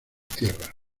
tierra